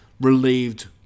relieved